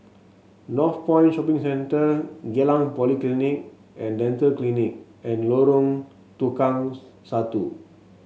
Northpoint Shopping Centre Geylang Polyclinic and Dental Clinic and Lorong Tukang Satu